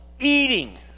eating